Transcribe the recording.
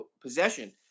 possession